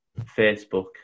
facebook